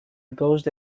gauche